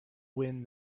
wind